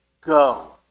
go